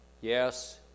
yes